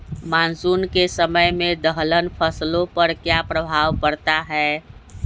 Monsoon के समय में दलहन फसलो पर क्या प्रभाव पड़ता हैँ?